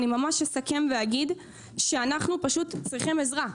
אני ממש אסכם ואגיד שאנחנו פשוט צריכים עזרה.